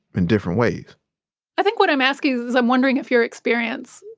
in different ways i think what i'm asking is, i'm wondering if your experience,